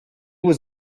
was